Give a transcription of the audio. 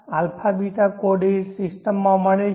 α β coordinate સિસ્ટમમાં મળે છે